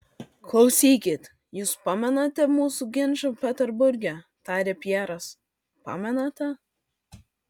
klausykit jus pamenate mūsų ginčą peterburge tarė pjeras pamenate